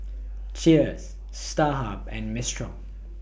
Cheers Starhub and Mistral